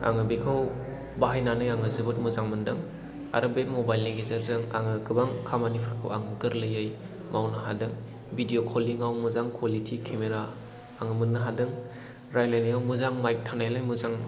आङो बेखौ बाहायनानै आङो जोबोद मोजां मोनदों आरो बे मबाइल नि गेजेरजों आङो गोबां खामानिफोरखौ आं गोरलैयै मावनो हादों भिदिअ' कलिं आव मोजां कुवालिटि केमेरा आङो मोननो हादों रायज्लायनायाव मोजां माइक थानायलाय मोजां